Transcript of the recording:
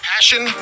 Passion